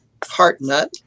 heartnut